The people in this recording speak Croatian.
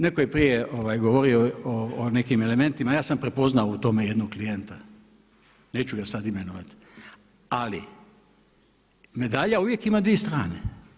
Netko je prije govorio o nekim elementima, ja sam prepoznao u tome jednog klijenta, neću ga sada imenovati, ali medalja uvijek ima dvije strane.